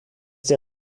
der